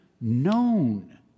known